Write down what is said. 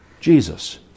Jesus